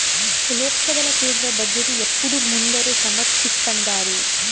లోక్సభల కేంద్ర బడ్జెటు ఎప్పుడూ ముందరే సమర్పిస్థాండారు